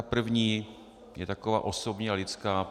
První je taková osobní a lidská.